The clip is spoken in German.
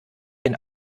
den